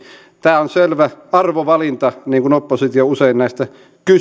tämä on selvä arvovalinta kun oppositio usein näistä kysyy